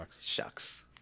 Shucks